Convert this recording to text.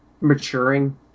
maturing